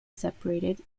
separated